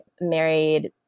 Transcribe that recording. married